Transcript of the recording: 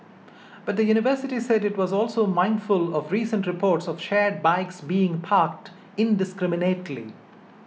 but the university said it was also mindful of recent reports of shared bikes being parked indiscriminately